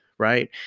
right